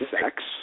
sex